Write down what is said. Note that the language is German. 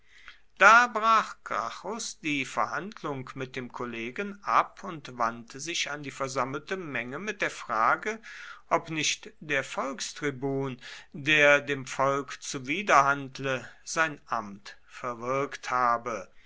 da brach gracchus die verhandlung mit dem kollegen ab und wandte sich an die versammelte menge mit der frage ob nicht der volkstribun der dem volk zuwiderhandle sein amt verwirkt habe